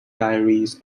diaries